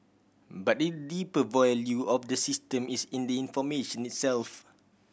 but the deeper value of the system is in the information itself